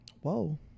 Whoa